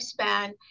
lifespan